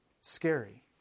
scary